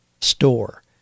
store